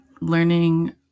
learning